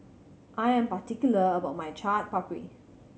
I am particular about my Chaat Papri